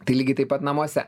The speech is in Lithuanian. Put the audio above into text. tai lygiai taip pat namuose